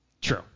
True